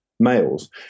Males